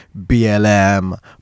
blm